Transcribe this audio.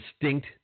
distinct